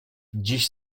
dziś